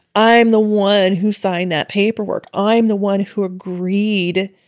i'm the one who signed that paperwork. i'm the one who agreed